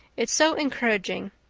it's so encouraging.